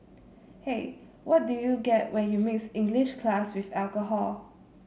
hey what do you get when you mix English class with alcohol